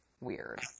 weird